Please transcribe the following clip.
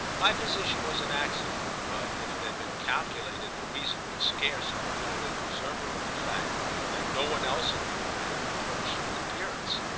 my position was an accident, but if it had been calculated the reason would scarce have eluded an observer of the fact that no one else in the room had an approach to an appearance.